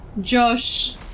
Josh